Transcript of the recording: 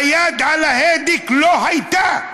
היד על ההדק לא הייתה,